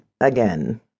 again